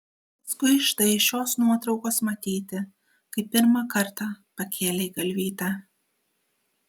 paskui štai iš šios nuotraukos matyti kai pirmą kartą pakėlei galvytę